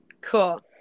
cool